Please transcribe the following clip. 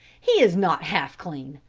he is not half clean.